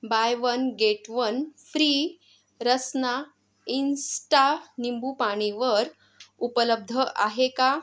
bye one get one free Rasna insta निंबुपानीवर उपलब्ध आहे का